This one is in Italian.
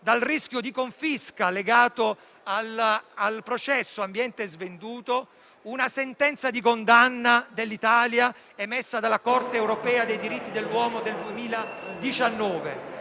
dal rischio di confisca legato al processo «Ambiente svenduto» e da una sentenza di condanna dell'Italia emessa dalla Corte europea dei diritti dell'uomo del 2019